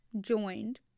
joined